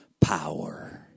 power